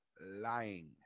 lying